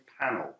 panel